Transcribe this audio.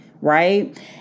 Right